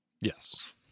Yes